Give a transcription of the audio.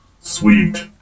sweet